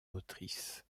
motrices